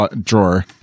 drawer